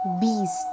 beast